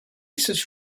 such